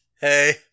hey